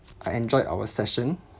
I enjoyed our session